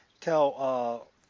tell